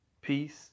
peace